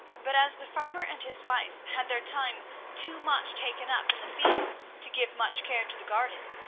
but as the farmer and his wife had their time too much taken up in the field to give much care to the garden,